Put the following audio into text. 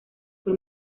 fue